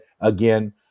Again